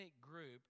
group